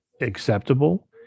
acceptable